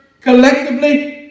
collectively